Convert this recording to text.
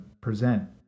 present